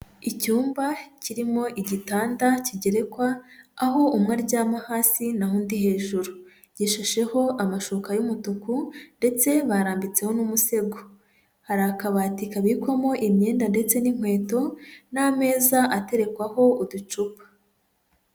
Iycumba kirimo igitanda kigerekwa aho umwe aryama hasi naho ndi hejuru, gishasheho amashuka y'umutuku ndetse barambitseho n'umusego, hari akabati kabikwamo imyenda ndetse n'inkweto n'ameza aterekwaho uducupa.